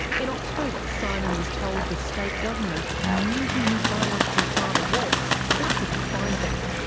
in october simon was told the state government knew who his biological father was but couldn't find him.